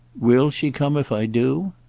will she come if i do?